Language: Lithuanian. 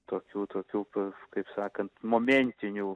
tokių tokių pa kaip sakant momentinių